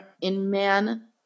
Inman